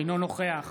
אינו נוכח